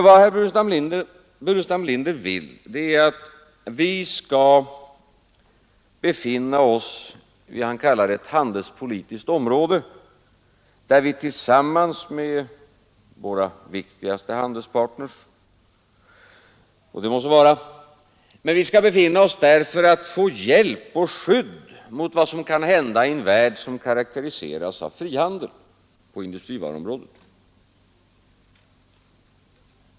Vad herr Burenstam Linder vill är nämligen att vi skall tillhöra vad han kallar ett handelspolitiskt område, där vi tillsammans med våra viktigaste handelspartners skall kunna få hjälp och skydd mot vad som kan hända i en värld som karakteriseras av frihandel på industrivaruområdet.